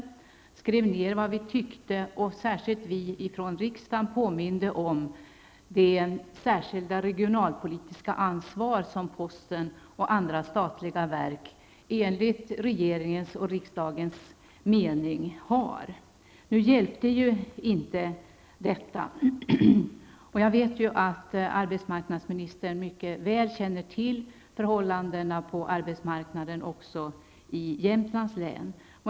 Vi skrev ned vad vi tyckte, och vi från riksdagen påminde om det särskilda regionalpolitiska ansvar som posten och andra statliga verk enligt regeringens och riksdagens mening har. Nu hjälpte inte detta. Jag vet att arbetsmarknadsministern mycket väl känner till förhållandena på arbetsmarknaden i Jämtlands län.